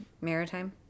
maritime